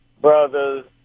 brothers